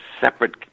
separate